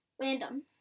random